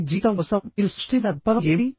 మీ జీవితం కోసం మీరు సృష్టించిన దృక్పథం ఏమిటి